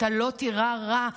אתה לא תירא רע,